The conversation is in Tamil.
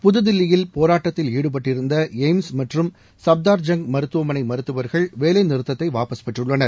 புதுதில்லியில் போராட்டத்தில் ஈடுபட்டிருந்த ஏய்ம்ஸ் மற்றும் சப்தார்ஜங் மருத்துவமனை மருத்துவர்கள் வேலைநிறுத்தத்தை வாபஸ் பெற்றுள்ளனர்